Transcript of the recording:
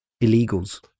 illegals